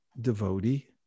devotee